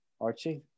Archie